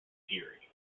fury